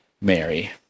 Mary